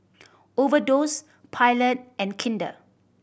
Overdose Pilot and Kinder